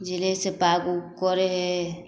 जे रहै हइ से पाग उग करै हइ